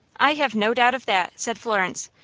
i have no doubt of that, said florence,